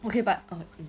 okay but err